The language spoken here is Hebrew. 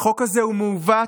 החוק הזה הוא מעוות